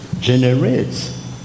generates